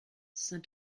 saint